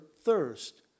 thirst